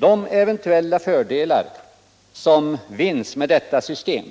De eventuella fördelar som vinns med detta system